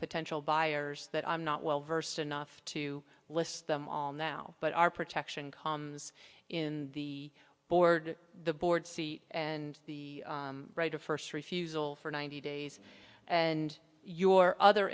potential buyers that i'm not well versed enough to list them all now but our protection comes in the board the board seat and the right of first refusal for ninety days and your other